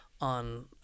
on